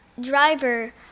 driver